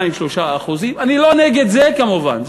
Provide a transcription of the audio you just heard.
2% 3% אני לא נגד זה כמובן,